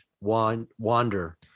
wander